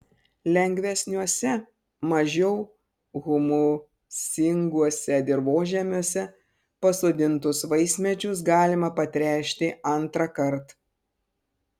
lengvesniuose mažiau humusinguose dirvožemiuose pasodintus vaismedžius galima patręšti antrąkart